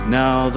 now